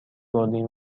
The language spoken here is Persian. بردیم